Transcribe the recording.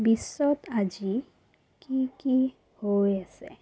বিশ্বত আজি কি কি হৈ আছে